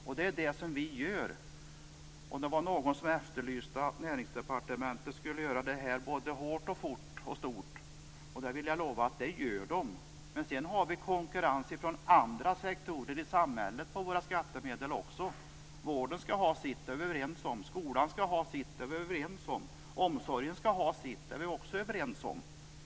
Och det är det vi gör. Det var någon som efterlyste att Näringsdepartementet skulle göra det här hårt och fort och stort. Då vill jag lova att det gör de. Sedan har vi också konkurrens från andra sektorer i samhället om våra skattemedel. Vården skall ha sitt, det är vi överens om. Skolan skall ha sitt, det är vi överens om. Omsorgen skall ha sitt, det är vi också överens om.